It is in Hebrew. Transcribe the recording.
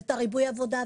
את ריבוי העבודה,